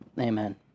Amen